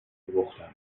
فروختم